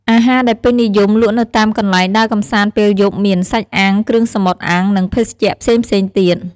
អាហារដែលពេញនិយមលក់នៅតាមកន្លែងដើរកម្សាន្តពេលយប់មាន សាច់អាំង គ្រឿងសមុទ្រអាំង និងភេសជ្ជៈផ្សេងៗទៀត។